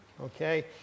Okay